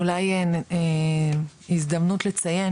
אולי הזדמנות לציין